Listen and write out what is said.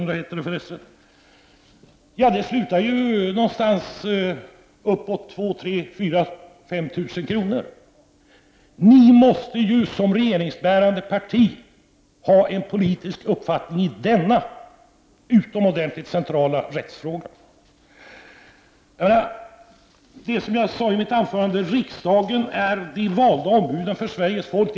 Det kommer att sluta någonstans uppemot 2 000—-5 000 kr. Som regeringsbärande parti måste socialdemokraterna ha en uppfattning i denna utomordentligt centrala rättsfråga. Riksdagen består av valda ombud för Sveriges folk.